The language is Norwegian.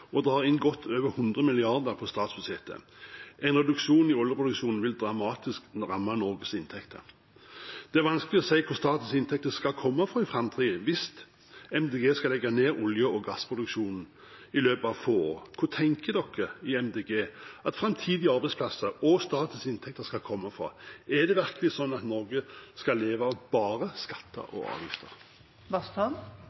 over 100 mrd. kr til statsbudsjettet. En reduksjon i oljeproduksjonen vil dramatisk ramme Norges inntekter. Det er vanskelig å si hvor statens inntekter skal komme fra i framtiden hvis Miljøpartiet De Grønne skal legge ned olje- og gassproduksjonen i løpet av få år. Hvor tenker Miljøpartiet De Grønne at framtidige arbeidsplasser og statens inntekter skal komme fra? Er det virkelig slik at Norge skal leve av bare skatter